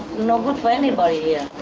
no good for anybody here.